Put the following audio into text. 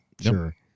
sure